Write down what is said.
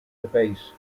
debate